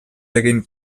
egin